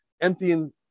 emptying